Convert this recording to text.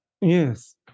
Yes